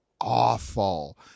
awful